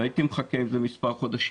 לא הייתי מחכה עם זה מספר חודשים.